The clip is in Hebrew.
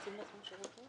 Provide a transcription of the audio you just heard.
אתם יודעים להסביר את זה?